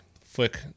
Flick